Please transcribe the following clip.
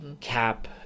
cap